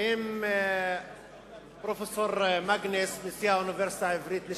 אם פרופסור מאגנס, נשיא האוניברסיטה העברית לשעבר,